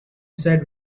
said